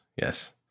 Yes